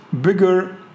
bigger